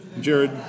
Jared